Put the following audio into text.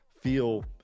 feel